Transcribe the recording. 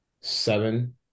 Seven